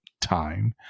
time